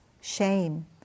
shame